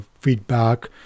feedback